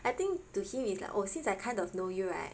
I think to him is like oh since I kind of know you right